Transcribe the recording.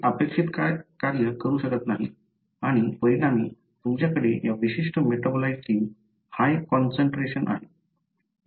हे अपेक्षित कार्य करू शकत नाही आणि परिणामी तुमच्याकडे या विशिष्ट मेटाबोलाइटची हाय कॉन्सन्ट्रेशन आहे